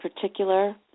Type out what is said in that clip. particular